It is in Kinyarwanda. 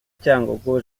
cyangugu